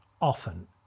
often